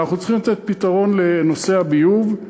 ואנחנו צריכים לתת פתרון לנושא הביוב.